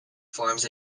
forms